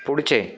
पुढचे